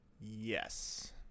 Yes